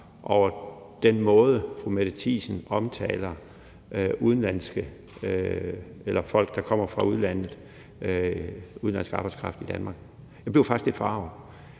over den måde, fru Mette Thiesen omtaler folk, der kommer fra udlandet, på, altså udenlandsk arbejdskraft i Danmark. Jeg blev faktisk lidt forarget.